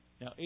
Now